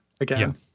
again